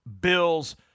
Bills